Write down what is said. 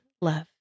love